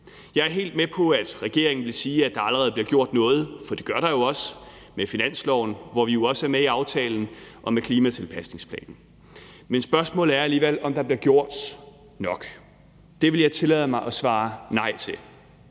Jeg er helt med på, at regeringen vil sige, at der allerede bliver gjort noget, for det gør der jo også: med finansloven, hvor vi jo også er med i aftalen, og med klimatilpasningsplanen. Men spørgsmålet er alligevel, om der bliver gjort nok. Det vil jeg tillade mig at svare nej til.